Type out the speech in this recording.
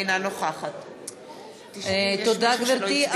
אינה נוכחת תודה, גברתי.